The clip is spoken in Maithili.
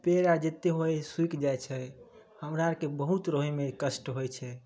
पेड़ आर जते होइ है सुखि जाइ छै हमरा आरके बहुत रहैमे कष्ट होइ छै